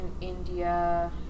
India